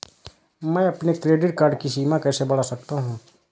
मैं अपने credit card की सीमा कैसे बढ़ा सकता हूँ?